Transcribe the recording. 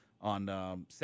on